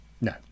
no